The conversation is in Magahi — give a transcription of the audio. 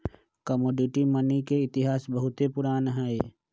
कमोडिटी मनी के इतिहास बहुते पुरान हइ